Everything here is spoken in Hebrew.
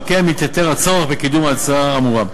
ועל כן מתייתר הצורך בקידום ההצעה האמורה.